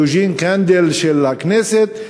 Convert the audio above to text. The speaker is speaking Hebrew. יוג'ין קנדל של הכנסת,